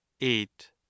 eight